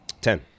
Ten